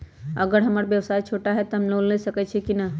अगर हमर व्यवसाय छोटा है त हम लोन ले सकईछी की न?